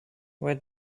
what